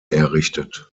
errichtet